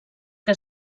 que